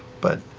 but